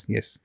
Yes